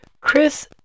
Chris